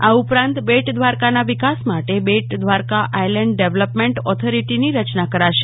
આ ઉપરાંત બેટ દ્રારકાના વિકાસ માટે બેટ દ્રારકા આયલેન્ડ ડેવલપમેન્ટ ઓથોરીટીની રચના કરાશે